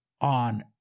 on